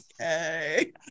Okay